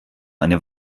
eine